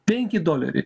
penki doleriai